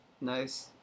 nice